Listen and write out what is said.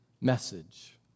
message